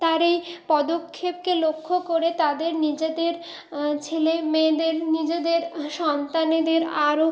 তার এই পদক্ষেপকে লক্ষ্য করে তাদের নিজেদের ছেলেমেয়েদের নিজেদের সন্তানেদের আরও